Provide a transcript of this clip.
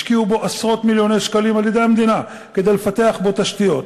השקיעו בו עשרות-מיליוני שקלים על-ידי המדינה כדי לפתח בו תשתיות,